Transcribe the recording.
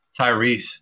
Tyrese